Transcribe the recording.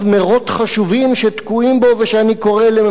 ושאני קורא לממשלת ישראל לאמץ אותם אחד לאחד: